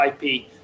IP